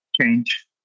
change